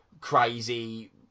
crazy